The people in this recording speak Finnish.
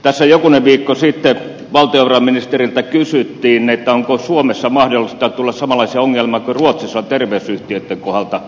tässä jokunen viikko sitten valtiovarainministeriltä kysyttiin onko suomessa mahdollista tulla samanlaisia ongelmia kuin ruotsissa on terveysyhtiöitten kohdalla ilmennyt